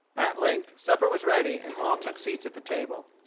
at length supper was ready, and all took seats at the table.